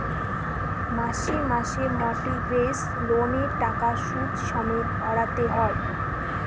মাসে মাসে মর্টগেজ লোনের টাকা সুদ সমেত ভরতে হয়